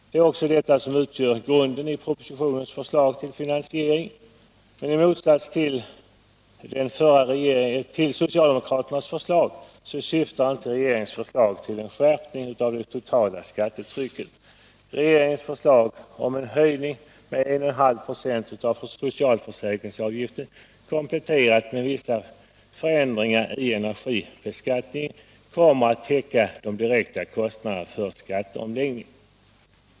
Det är också detta som utgör grunden för propositionens förslag till finansiering. Men i motsats till socialdemokraternas förslag syftar inte regeringens förslag till en skärpning av det totala skattetrycket. Regeringens förslag om en höjning med 1,5 procentenheter av socialförsäkringsavgiften, kompletterad med vissa förändringar av energibeskattningen, kommer att täcka de direkta kostnaderna för skatteomläggningen.